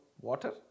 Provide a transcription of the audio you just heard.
water